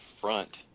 front